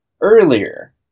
earlier